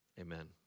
amen